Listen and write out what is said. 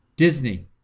Disney